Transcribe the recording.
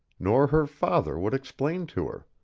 nor her father would explain to her.